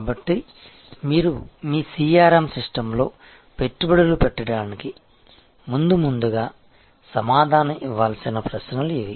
కాబట్టి మీరు మీ CRM సిస్టమ్లో పెట్టుబడులు పెట్టడానికి ముందు ముందుగా సమాధానం ఇవ్వాల్సిన ప్రశ్నలు ఇవి